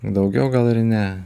daugiau gal ir ne